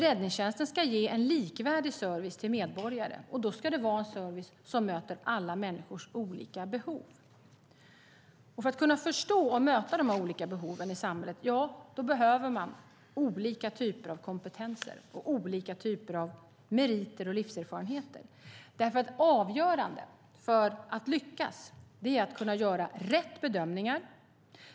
Räddningstjänsten ska ju ge en likvärdig service till medborgare, och då ska det vara en service som möter alla människors olika behov. För att kunna förstå och möta de olika behoven i samhället behöver man olika typer av kompetenser och olika typer av meriter och livserfarenheter. Avgörande för att lyckas är nämligen att kunna göra rätt bedömningar.